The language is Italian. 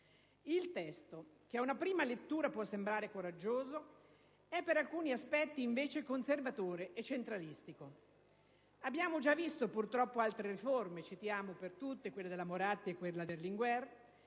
Il testo, che ad una prima lettura può sembrare coraggioso, è invece per alcuni aspetti conservatore e centralistico. Abbiamo già visto, purtroppo, altre riforme (cito, fra tutte, quelle della Moratti e quella di Berlinguer)